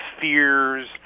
fears